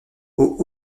aux